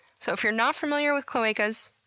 so if you're not familiar with cloacas,